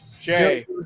Jay